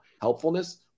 helpfulness